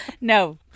No